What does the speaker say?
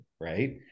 right